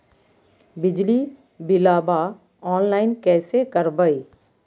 बिजली बिलाबा ऑनलाइन कैसे करबै?